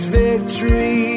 victory